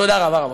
תודה רבה, רבותי.